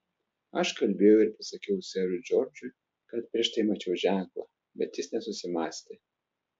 aš kalbėjau ir pasakiau serui džordžui kad prieš tai mačiau ženklą bet jis nesusimąstė